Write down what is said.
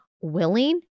willing